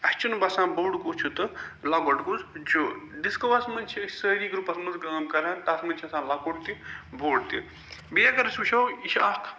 اسہِ چھُنہٕ باسان بوٚڑ کُس چھُ تہٕ لۄکٹ کُس چھُ ڈِسکوس منٛز چھِ أسۍ سٲری گرٛوپس منٛز کٲم کران تَتھ منٛز چھُ آسان لۄکُٹ تہِ بوٚڑ تہِ بیٚیہِ اگر أسۍ وُچھو یہِ چھُ اَکھ